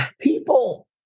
people